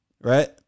Right